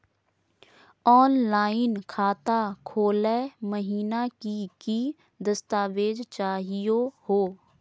Online खाता खोलै महिना की की दस्तावेज चाहीयो हो?